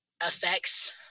affects